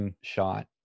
shot